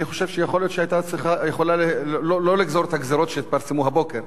אני חושב שיכולה היתה לא לגזור את הגזירות שהתפרסמו הבוקר.